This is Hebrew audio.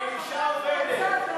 והיא אישה עובדת.